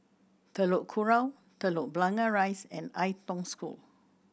Telok Kurau Telok Blangah Rise and Ai Tong School